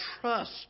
trust